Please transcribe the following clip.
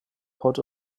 port